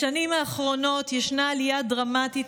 בשנים האחרונות ישנה עלייה דרמטית